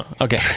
okay